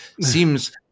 Seems